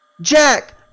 Jack